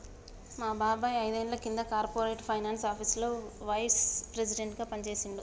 మా బాబాయ్ ఐదేండ్ల కింద కార్పొరేట్ ఫైనాన్స్ ఆపీసులో వైస్ ప్రెసిడెంట్గా పనిజేశిండు